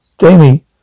Jamie